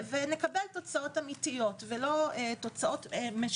ונקבל תוצאות אמיתיות ולא משוערות.